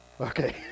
Okay